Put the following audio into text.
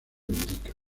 indica